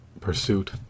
pursuit